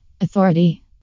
Authority